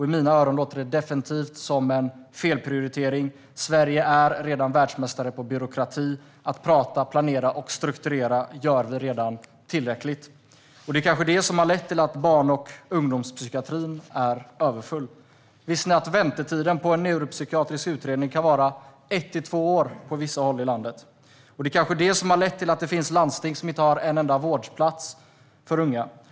I mina öron låter det definitivt som en felprioritering. Sverige är redan världsmästare på byråkrati. Att prata, planera och strukturera gör vi redan tillräckligt. Det kanske är det som har lett till att barn och ungdomspsykiatrin är överfull. Visste ni att väntetiden till en neuropsykiatrisk utredning kan vara ett till två år på vissa håll i landet? Det kanske är det som har lett till att det finns landsting som inte har en enda vårdplats för unga.